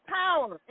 power